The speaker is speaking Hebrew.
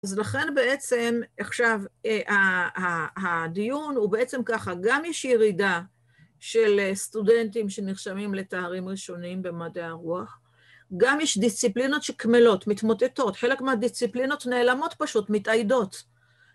‫אז לכן בעצם עכשיו הדיון ‫הוא בעצם ככה, ‫גם יש ירידה של סטודנטים ‫שנחשבים לתארים ראשונים במדעי הרוח, ‫גם יש דיסציפלינות שקמלות, ‫מתמוטטות, ‫חלק מהדיסציפלינות נעלמות פשוט, ‫מתאיידות.